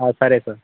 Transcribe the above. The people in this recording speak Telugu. సరే సార్